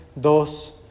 dos